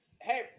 Hey